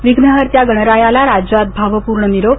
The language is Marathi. विघ्नहर्त्या गणरायाला राज्यात भावपूर्ण निरोप